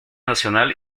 nacional